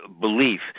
belief